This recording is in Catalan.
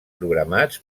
programats